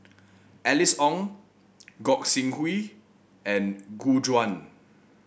Alice Ong Gog Sing Hooi and Gu Juan